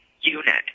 unit